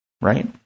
right